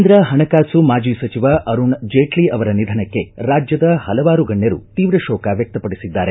ಕೇಂದ್ರ ಪಣಕಾಸು ಮಾಜಿ ಸಚಿವ ಅರುಣ್ ಜೇಟ್ಲಿ ಅವರ ನಿಧನಕ್ಕೆ ರಾಜ್ಯದ ಪಲವಾರು ಗಣ್ಯರು ತೀವ್ರ ಶೋಕ ವ್ಯಕ್ತಪಡಿಸಿದ್ದಾರೆ